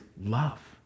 love